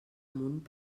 amunt